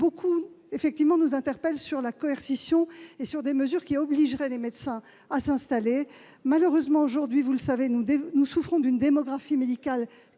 beaucoup interpellés sur la coercition et sur les mesures qui pourraient obliger les médecins à s'installer. Malheureusement, comme vous le savez, nous souffrons d'une démographique médicale